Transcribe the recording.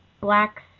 blacks